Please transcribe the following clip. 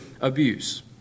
abuse